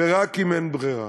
ורק אם אין ברירה,